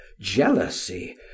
jealousy